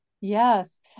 Yes